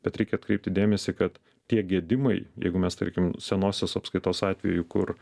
bet reikia atkreipti dėmesį kad tie gedimai jeigu mes tarkim senosios apskaitos atveju kur